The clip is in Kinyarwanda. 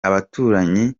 abaturanyi